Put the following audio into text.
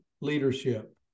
Leadership